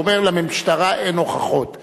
הוא אומר: למשטרה אין הוכחות.